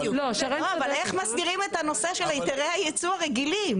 אבל איך מסבירים את הנושא של היתרי הייצוא הרגילים?